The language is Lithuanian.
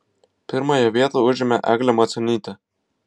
pirmąją vietą užėmė eglė macionytė